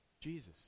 Jesus